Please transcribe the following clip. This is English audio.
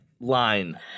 line